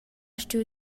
stuiu